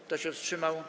Kto się wstrzymał?